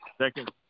second